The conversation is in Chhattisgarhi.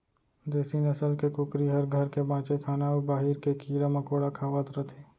देसी नसल के कुकरी हर घर के बांचे खाना अउ बाहिर के कीरा मकोड़ा खावत रथे